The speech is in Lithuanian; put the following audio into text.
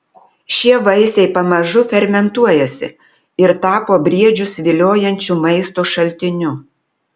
šie vaisiai pamažu fermentuojasi ir tapo briedžius viliojančiu maisto šaltiniu